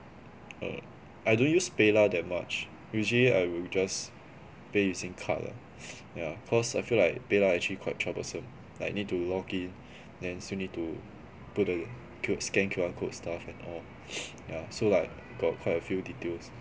err I don't use paylah that much usually I will just pay using card lah ya cause I feel like paylah actually quite troublesome like need to log in then still need to put the q~ scan Q_R code stuff and all yeah so like got quite a few details